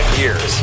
years